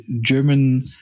German